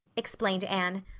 explained anne.